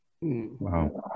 Wow